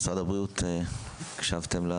משרד הבריאות, הקשבתם?